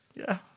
yeah,